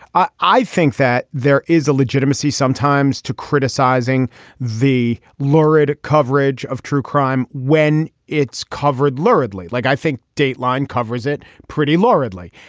ah i think that there is a legitimacy sometimes to criticizing the lurid coverage of true crime when it's covered lordly like i think dateline covers it pretty morally.